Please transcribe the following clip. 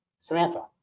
Samantha